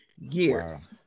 years